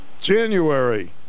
January